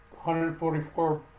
144